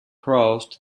crossed